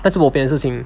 那是 bo pian 的事情